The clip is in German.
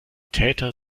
täter